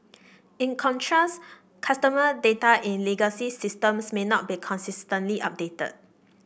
in contrast customer data in legacy systems may not be consistently updated